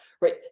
right